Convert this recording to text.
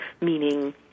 meaning